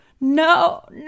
No